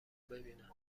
ببینم